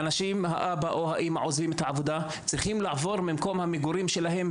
האבא או האימא עוזבים את העבודה וצריכים לעבור ממקום מגוריהם.